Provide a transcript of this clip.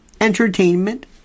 entertainment